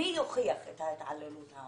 מי יוכיח את ההתעללות?